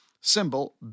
Symbol